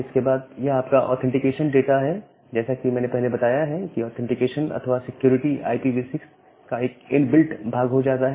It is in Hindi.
इसके बाद यह आपका ऑथेंटिकेशन डाटा है जैसा कि मैंने पहले बताया है कि ऑथेंटिकेशन अथवा सिक्योरिटी IPv6 का एक इनबिल्ट भाग हो जाता है